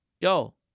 yo